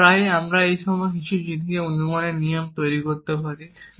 খুব প্রায়ই আমরা এইরকম কিছু দেখিয়ে অনুমানের নিয়ম তৈরি করতে পারি